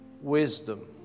wisdom